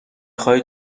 خوای